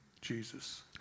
Jesus